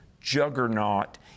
juggernaut